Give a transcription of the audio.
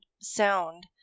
sound